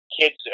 kids